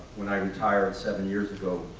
when i retired seven years ago,